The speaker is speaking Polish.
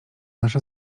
nasza